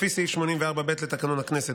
לפי סעיף 84(ב) לתקנון הכנסת.